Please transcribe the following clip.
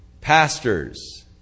pastors